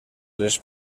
les